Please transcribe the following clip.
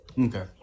okay